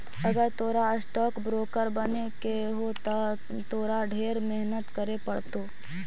अगर तोरा stock broker बने के हो त तोरा ढेर मेहनत करे पड़तो